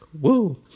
Woo